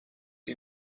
you